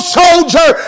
soldier